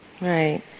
Right